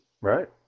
Right